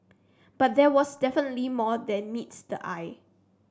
but there was definitely more than meets the eye